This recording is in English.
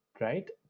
Right